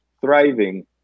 thriving